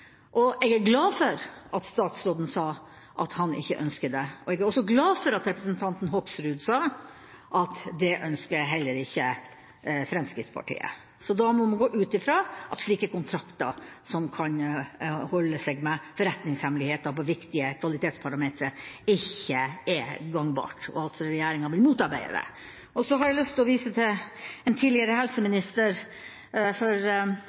Jeg er glad for at statsråden sa at han ikke ønsker det. Jeg er også glad for at representanten Hoksrud sa at Fremskrittspartiet heller ikke ønsker det. Så da må man gå ut fra at slike kontrakter som kan holde seg med forretningshemmeligheter på viktige kvalitetsparametere, ikke er gangbart, og at regjeringa vil motarbeide det. Og så har jeg lyst til å vise til en tidligere helseminister